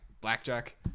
blackjack